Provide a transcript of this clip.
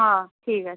আঁ ঠিক আছে